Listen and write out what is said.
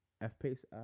F-Pace